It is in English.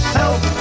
help